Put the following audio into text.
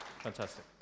Fantastic